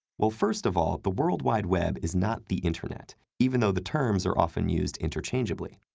well first of all, the world wide web is not the internet, even though the terms are often used interchangeably.